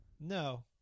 No